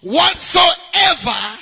Whatsoever